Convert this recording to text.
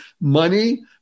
money